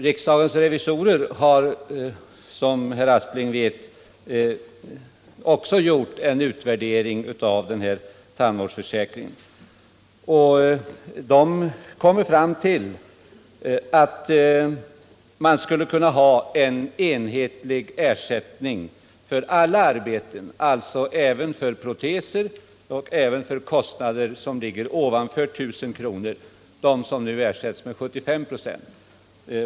Riksdagens revisorer har, som herr Aspling vet, också gjort en utvärdering av tandvårdsförsäkringen. De har kommit fram till att man skulle kunna ha en enhetlig ersättning för alla arbeten, alltså även för proteser och kostnader som ligger ovanför 1 000 kr. och som nu ersätts med 75 4.